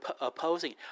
opposing